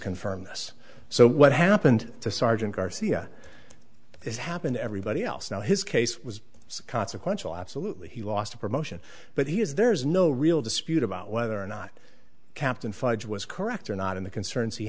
confirm this so what happened to sergeant garcia this happened everybody else know his case was consequential absolutely he lost a promotion but he has there's no real dispute about whether or not captain fudged was correct or not in the concerns he